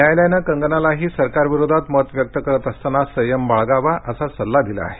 न्यायालयानं कंगनालाही सरकार विरोधात मत व्यक्त करत असताना संयम बाळगावा असा सल्ला दिला आहे